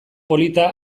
polita